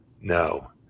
No